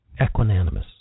equanimous